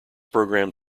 program